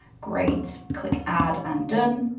great, click add um done.